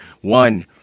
One